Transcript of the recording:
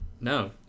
No